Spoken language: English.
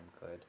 good